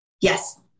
Yes